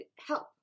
help